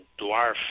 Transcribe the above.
dwarf